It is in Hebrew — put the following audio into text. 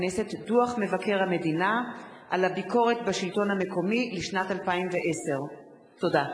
דוח מבקר המדינה על הביקורת בשלטון המקומי לשנת 2010. תודה.